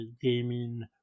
gaming